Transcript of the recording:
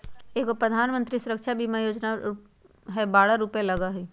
एगो प्रधानमंत्री सुरक्षा बीमा योजना है बारह रु लगहई?